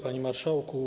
Panie Marszałku!